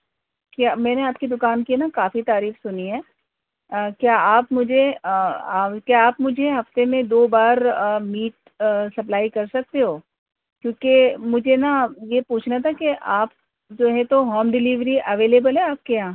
کیا میں نے آپ کی دکان کی ہے نا کافی تعریف سنی ہے کیا آپ مجھے کیا آپ مجھے ہفتے میں دو بار میٹ سپلائی کر سکتے ہو کیونکہ مجھے نا یہ پوچھنا تھا کہ آپ جو ہے تو ہوم ڈلیوری اویلیبل ہے آپ کے یہاں